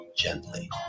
Gently